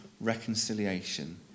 reconciliation